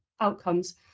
outcomes